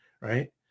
right